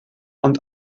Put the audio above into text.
ond